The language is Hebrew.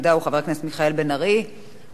ומייד לאחריו, חבר הכנסת אורי אורבך.